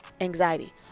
anxiety